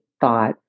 thought